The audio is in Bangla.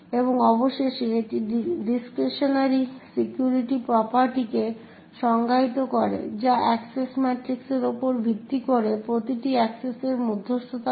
এবং অবশেষে এটি ডিস্ক্রিশনারি সিকিউরিটি প্রপার্টিকে সংজ্ঞায়িত করে যা অ্যাক্সেস ম্যাট্রিক্সের উপর ভিত্তি করে প্রতিটি অ্যাক্সেসের মধ্যস্থতা করে